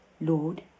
Lord